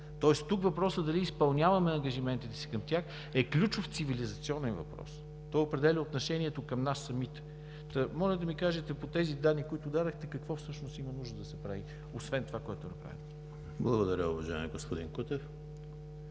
Тоест тук въпросът дали изпълняваме ангажиментите си към тях е ключов, цивилизационен въпрос, той определя отношението към нас самите. Моля да ми кажете по тези данни, които дадохте, какво всъщност има нужда да се прави, освен това, което е направено.